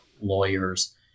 lawyers